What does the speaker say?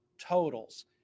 totals